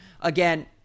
Again